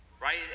right